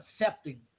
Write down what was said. accepting